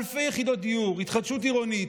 אלפי יחידות דיור והתחדשות עירונית,